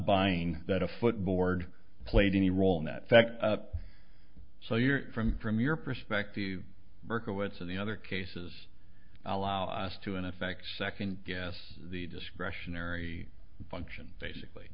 buying that a footboard played any role in that fact up so your from from your perspective berkowitz and the other cases allow us to in effect second guess the discretionary function basically